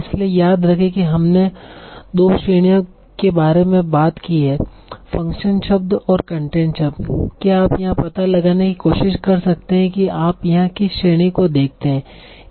इसलिए याद रखें कि हमने 2 श्रेणियों के बारे में बात की है फ़ंक्शन शब्द और कंटेट शब्द क्या आप यह पता लगाने की कोशिश कर सकते हैं कि आप यहां किस श्रेणी को देखते हैं